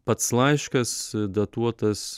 pats laiškas datuotas